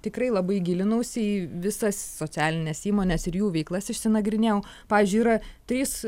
tikrai labai gilinausi į visas socialines įmones ir jų veiklas išsinagrinėjau pavyzdžiui yra trys